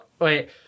Wait